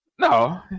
No